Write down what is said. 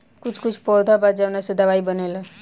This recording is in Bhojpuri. कुछ कुछ पौधा बा जावना से दवाई बनेला